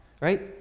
right